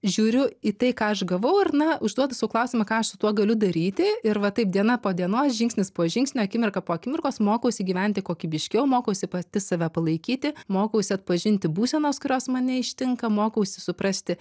žiūriu į tai ką aš gavau ir na užduodu sau klausimą ką aš su tuo galiu daryti ir va taip diena po dienos žingsnis po žingsnio akimirka po akimirkos mokausi gyventi kokybiškiau mokausi pati save palaikyti mokausi atpažinti būsenas kurios mane ištinka mokausi suprasti